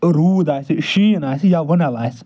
روٗد آسہِ شیٖن آسہِ یا وٕنل آسہِ